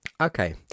Okay